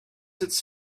its